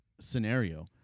scenario